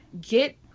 get